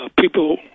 people